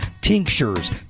tinctures